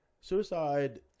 suicide